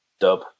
dub